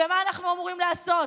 ומה אנחנו אמורים לעשות?